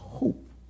hope